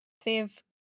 save